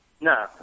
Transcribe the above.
no